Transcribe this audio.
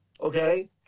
Okay